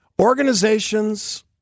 Organizations